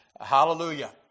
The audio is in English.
hallelujah